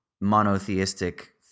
monotheistic